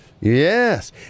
Yes